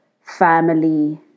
family